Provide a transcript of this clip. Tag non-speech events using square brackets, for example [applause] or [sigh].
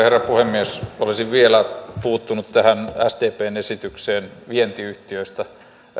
[unintelligible] herra puhemies olisin vielä puuttunut tähän sdpn esitykseen vientiyhtiöistä